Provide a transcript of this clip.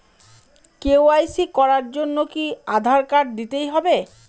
KYC করার জন্য কি আধার কার্ড দিতেই হবে?